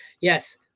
yes